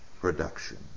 production